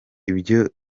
ibyo